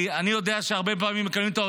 כי אני יודע שהרבה פעמים מקבלים את ההודעה,